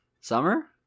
summer